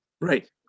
Right